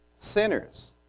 Sinners